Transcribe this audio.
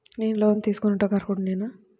నేను లోన్ తీసుకొనుటకు అర్హుడనేన?